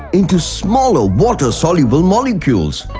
into smaller water soluble molecules.